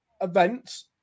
events